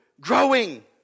growing